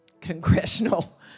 congressional